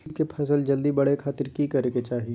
तिल के फसल जल्दी बड़े खातिर की करे के चाही?